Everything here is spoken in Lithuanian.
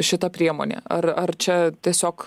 šita priemonė ar ar čia tiesiog